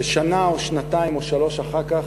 ושנה או שנתיים או שלוש אחר כך,